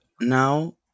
Now